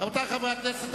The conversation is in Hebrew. רבותי חברי הכנסת,